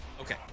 Okay